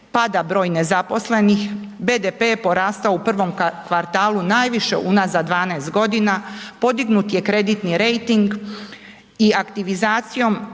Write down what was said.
pada broj nezaposlenih, BDP je porastao u prvom kvartalu najviše unazad 12 godina, podignut je kreditni rejting i aktivizacijom